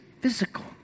physical